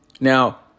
Now